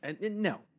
No